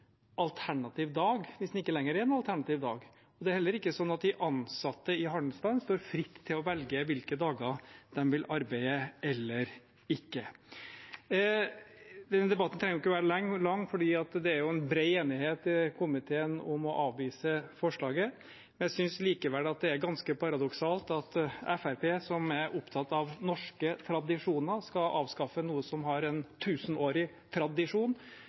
alternativ dag hvis den ikke lenger er noen alternativ dag. Det er heller ikke slik at de ansatte i handelsstanden står fritt til å velge hvilke dager de vil arbeide eller ikke. Denne debatten trenger ikke være lang, for det er en bred enighet i komiteen om å avvise forslaget. Jeg synes likevel det er ganske paradoksalt at Fremskrittspartiet, som er opptatt av norske tradisjoner, skal avskaffe noe som har en tusenårig tradisjon.